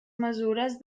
mesures